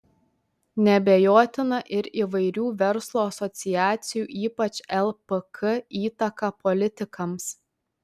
neabejotina ir įvairių verslo asociacijų ypač lpk įtaka politikams